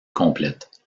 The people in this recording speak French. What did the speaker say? complète